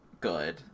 good